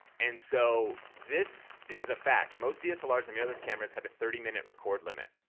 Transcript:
and so this is a fact most dslrs and mirrorless cameras have a thirty minute record limit.